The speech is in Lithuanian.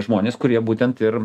žmonės kurie būtent ir